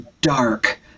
dark